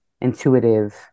intuitive